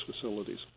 facilities